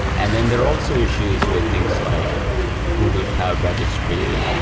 and then there are also issues with things like google cloud registry.